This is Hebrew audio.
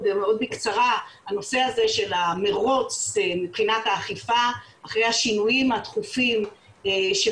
הנושא של המרוץ מבחינת האכיפה אחרי השינויים התכופים של